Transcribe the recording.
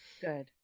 Good